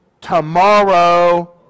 tomorrow